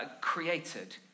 created